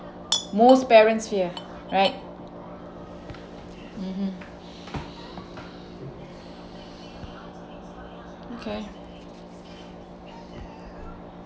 most parents fear right mmhmm okay